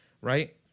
right